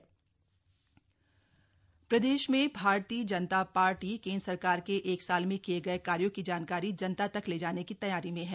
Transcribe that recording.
मोदी सरकार उपलब्धियां प्रदेश में भारतीय जनता पार्टी केंद्र सरकार के एक साल में किये गए कार्यो की जानकारी जनता तक ले जाने की तैयारी में है